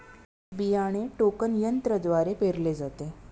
बियाणे टोकन यंत्रद्वारे पेरले जाते